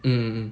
mm mm